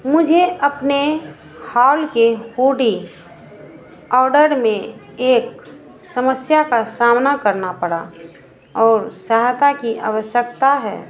मुझे अपने हाल के हूडी ऑर्डर में एक समस्या का सामना करना पड़ा और सहायता की आवश्यकता है समस्या वर्णित अनुसार नहीं है क्या आप मेरी मदद कर सकते हैं यहाँ ट्रैकिन्ग नम्बर है दो ज़ीरो छह एक नौ दो तीन चार छह चार ज़ीरो दो